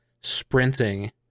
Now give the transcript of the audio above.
sprinting